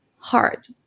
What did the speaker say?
hard